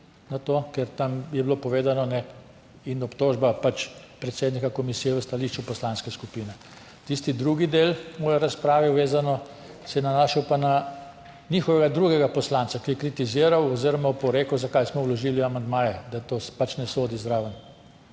na to. Ker tam je bilo povedano in obtožba predsednika komisije, v stališču poslanske skupine. Tisti drugi del moje razprave, vezano, se je nanašal pa na njihovega drugega poslanca, ki je kritiziral oziroma oporekal, zakaj smo vložili amandmaje, da to pač ne sodi zraven.